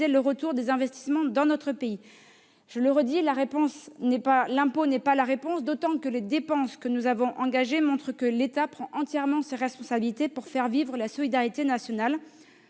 le retour des investissements dans notre pays. Je le répète, l'impôt n'est pas la réponse, d'autant que, comme le montrent les dépenses que nous avons engagées, l'État prend entièrement ses responsabilités pour faire vivre la solidarité nationale.